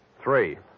Three